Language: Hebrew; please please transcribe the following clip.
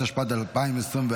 התשפ"ד 2024,